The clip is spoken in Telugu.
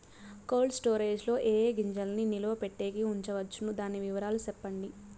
కోల్డ్ స్టోరేజ్ లో ఏ ఏ గింజల్ని నిలువ పెట్టేకి ఉంచవచ్చును? దాని వివరాలు సెప్పండి?